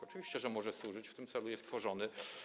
Oczywiście, że może służyć, w tym celu jest tworzony.